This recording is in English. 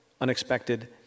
unexpected